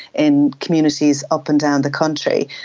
in communities up and down the country.